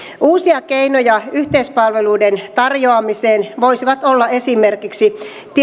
uusia keinoja yhteispalveluiden tarjoamiseen voisivat olla esimerkiksi